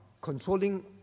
controlling